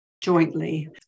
jointly